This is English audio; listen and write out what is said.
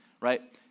right